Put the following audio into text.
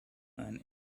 ein